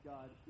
God